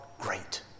great